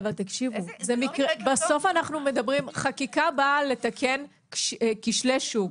חקיקה באה לתקן כשלי שוק.